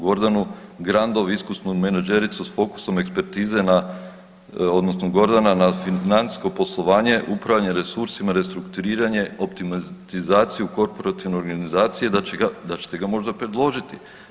Gordanu Grandov, iskusnu menađericu sa fokusom ekspertize, odnosno na financijsko poslovanje, upravljanje resursima, strukturiranje, optimizaciju korporativne organizacije da ćete ga možda predložiti.